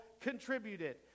contributed